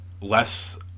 less